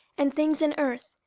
and things in earth,